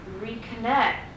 reconnect